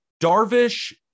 Darvish